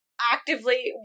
actively